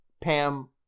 Pam